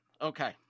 Okay